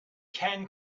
can